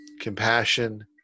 compassion